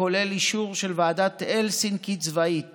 הכולל אישור של ועדת הלסינקי צבאית